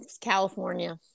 California